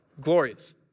Glorious